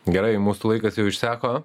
gerai mūsų laikas jau išseko